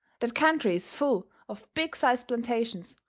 that country is full of big-sized plantations,